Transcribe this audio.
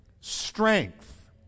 Strength